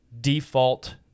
default